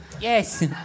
Yes